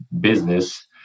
business